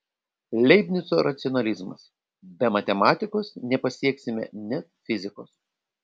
leibnico racionalizmas be matematikos nepasieksime net fizikos